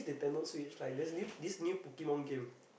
Nintendo-Switch like there's new this new Pokemon game